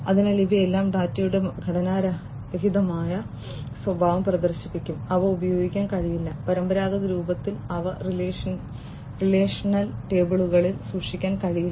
അതിനാൽ ഇവയെല്ലാം ഡാറ്റയുടെ ഘടനാരഹിതമായ സ്വഭാവം പ്രദർശിപ്പിക്കും അവ ഉപയോഗിക്കാൻ കഴിയില്ല പരമ്പരാഗത രൂപത്തിൽ അവ റിലേഷണൽ ടേബിളുകളിൽ സൂക്ഷിക്കാൻ കഴിയില്ല